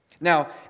Now